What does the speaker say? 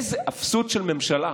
איזו אפסות של ממשלה.